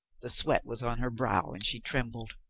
the sweat was on her brow and she trembled.